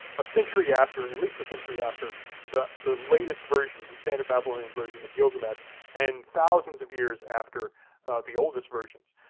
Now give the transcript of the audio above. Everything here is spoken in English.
a century after, at least a century after the the latest version, the standard babylonian version of gilgamesh and thousands of years after the oldest versions.